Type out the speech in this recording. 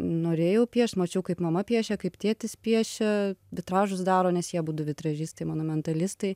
norėjau piešt mačiau kaip mama piešė kaip tėtis piešė vitražus daro nes jie abudu vitražistai monumentalistai